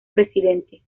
presidente